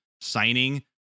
signing